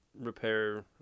repair